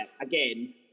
again